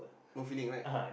no feeling right